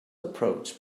approach